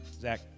Zach